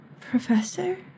Professor